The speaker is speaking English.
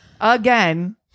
again